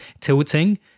tilting